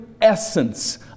essence